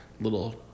little